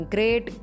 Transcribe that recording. Great